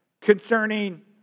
concerning